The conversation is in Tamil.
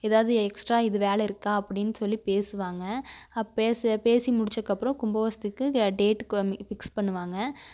எதாவது எக்ஸ்ட்ரா இது வேலை இருக்கா அப்படினு சொல்லி பேசுவாங்க அப் பேச பேசி முடிச்சக்கப்புறோம் கும்போஷ்துக்கு டேட்டு கம்மி ஃபிக்ஸ் பண்ணுவாங்க